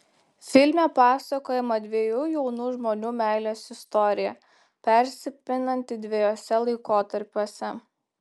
filme pasakojama dviejų jaunų žmonių meilės istorija persipinanti dviejuose laikotarpiuose